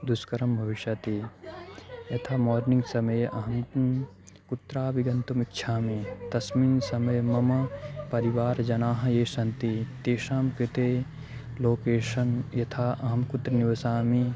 दुष्करं भविष्यति अतः मार्निङ्ग् समये अहं कुत्रापि गन्तुम् इच्छामि तस्मिन् समये मम परिवारजनाः ये सन्ति तेषां कृते लोकेषन् यथा अहं कुत्र निवसामि